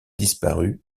disparus